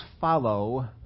follow